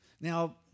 Now